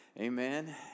Amen